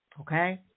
okay